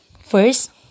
First